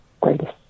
greatest